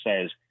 says